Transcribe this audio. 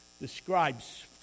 describes